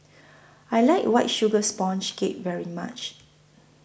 I like White Sugar Sponge Cake very much